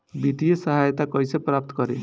वित्तीय सहायता कइसे प्राप्त करी?